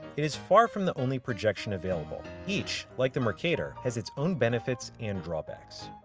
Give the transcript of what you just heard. it is far from the only projection available. each, like the mercator, has it's own benefits and drawbacks.